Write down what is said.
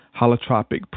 holotropic